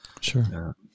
Sure